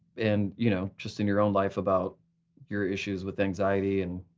and you know just in your own life about your issues with anxiety. and